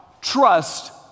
trust